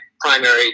primary